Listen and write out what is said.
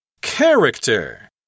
Character